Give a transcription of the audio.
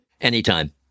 Anytime